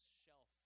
shelf